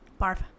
Barf